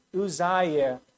Uzziah